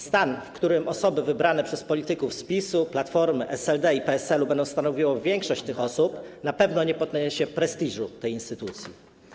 Stan, w którym osoby wybrane przez polityków z PiS-u, Platformy, SLD i PSL-u będą stanowiły większość tych osób, na pewno nie zwiększy prestiżu tej instytucji.